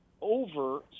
over